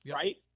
right